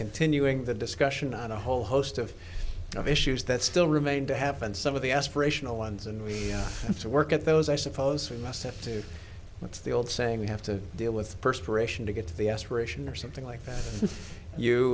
continuing the discussion on a whole host of issues that still remain to happen some of the aspirational ones and we have to work at those i suppose we must have to what's the old saying we have to deal with perspiration to get to the aspiration or something like that you